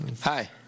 Hi